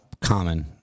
common